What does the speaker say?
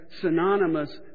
synonymous